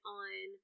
on